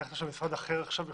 לא אתם